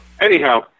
Anyhow